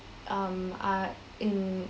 um are in